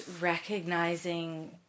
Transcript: recognizing